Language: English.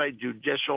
judicial